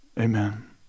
Amen